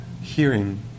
hearing